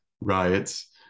riots